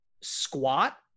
squat